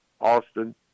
Austin